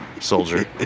Soldier